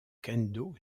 kendo